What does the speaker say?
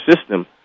system